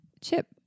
chip